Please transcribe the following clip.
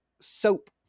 soap